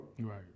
Right